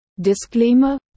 Disclaimer